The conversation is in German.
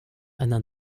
einer